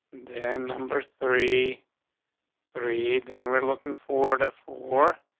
then number three read and we're looking forward of war. ah,